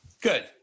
Good